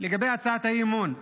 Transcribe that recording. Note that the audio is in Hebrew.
לגבי הצעת האי-אמון,